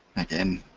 again,